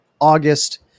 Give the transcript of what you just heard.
august